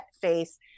face